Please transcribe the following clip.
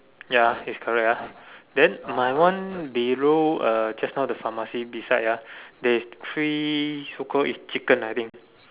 ya is correct ah then my one below uh just now the pharmacy beside ah there is three so called is chicken I think